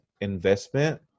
investment